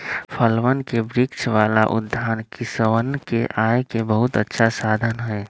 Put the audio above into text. फलवन के वृक्ष वाला उद्यान किसनवन के आय के बहुत अच्छा साधन हई